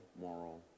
moral